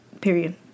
Period